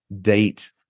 date